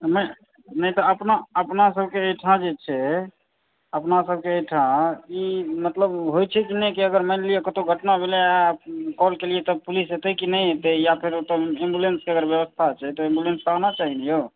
नहि तऽ अपना सभके एहिठाम जे छै अपना सभके एहिठाम ई मतलब होइ छै कि नहि अगर मानि लियौ कतहुँ घटना भेलैया आ कॉल केलिये तऽ पुलिस अयते कि नहि अयते या फेर ओतऽ एम्बुलेन्सके व्यवस्था छै तऽ एम्बुलेन्सके आना चाही ने यौ